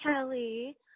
Kelly